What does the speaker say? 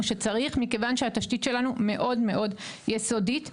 כשצריך מכיוון שהתשתית שלנו יסודית מאוד.